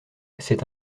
c’est